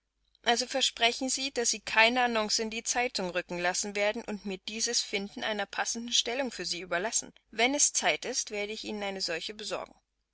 also versprechen sie daß sie keine annonce in die zeitung rücken lassen werden und mir dieses finden einer passenden stellung für sie überlassen wenn es zeit ist werde ich ihnen eine solche besorgen